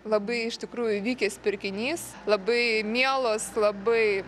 labai iš tikrųjų vykęs pirkinys labai mielos labai